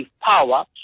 power